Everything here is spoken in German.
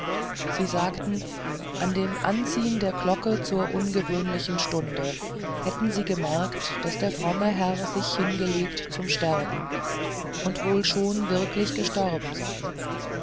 sie sagten an dem anziehn der glocke zur ungewöhnlichen stunde hätten sie gemerkt daß der fromme herr sich hingelegt habe zum sterben und wohl schon wirklich gestorben sei